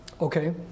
Okay